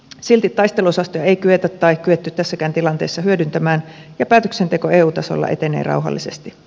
silti taisteluosastoja ei kyetä tai kyetty tässäkään tilanteessa hyödyntämään ja päätöksenteko eu tasolla etenee rauhallisesti